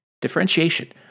differentiation